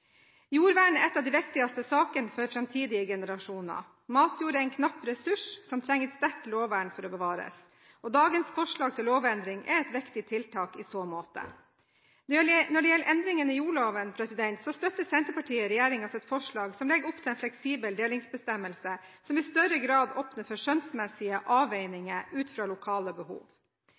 Jordvern er en av de viktigste sakene for framtidige generasjoner. Matjord er en knapp ressurs som trenger et sterkt lovvern for å bevares. Dagens forslag til lovendring er et viktig tiltak i så måte. Når det gjelder endringene i jordloven, støtter Senterpartiet regjeringens forslag som legger opp til en fleksibel delingsbestemmelse, som i større grad åpner opp for skjønnsmessige avveininger ut fra lokale behov.